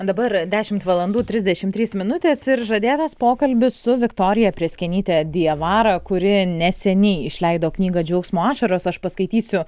dabar dešimt valandų trisdešimt trys minutės ir žadėtas pokalbis su viktorija prėskienyte diavara kuri neseniai išleido knygą džiaugsmo ašaros aš paskaitysiu